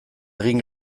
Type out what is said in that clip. egin